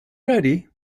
ready